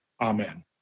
Amen